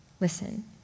listen